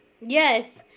Yes